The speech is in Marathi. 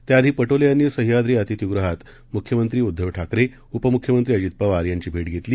त्याआधीपटोलेयांनीसह्याद्रीअतिथीगृहातमुख्यमंत्रीउद्धवठाकरे उपमुख्यमंत्रीअजितपवारयांचीभेटघेतली